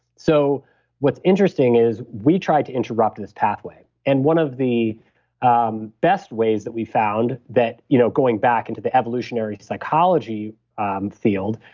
so what's interesting is we try to interrupt this pathway. and one of the um best ways that we've found that, you know going back into the evolutionary psychology um field,